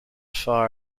far